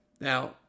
Now